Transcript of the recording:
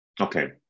Okay